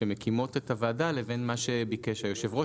שמקימות את הוועדה לבין מה שביקש היושב-ראש